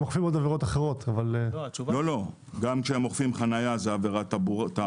גם כשהם אוכפים חניה, זו עבירת תעבורה.